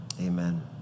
Amen